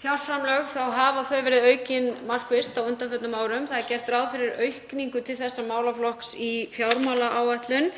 fjárframlög þá hafa þau verið aukin markvisst á undanförnum árum. Það er gert ráð fyrir aukningu til þessa málaflokks í fjármálaáætlun